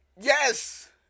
Yes